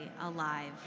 alive